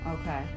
okay